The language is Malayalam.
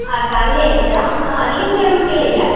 അ ഫാമിലി ആയിട്ടാ ആ അധികം ചെറിയ കുട്ടികളില്ല